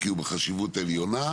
כי הוא בחשיבות עליונה,